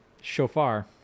shofar